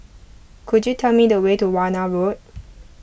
could you tell me the way to Warna Road